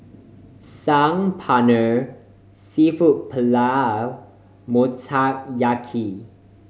Saag Paneer Seafood Paella Motoyaki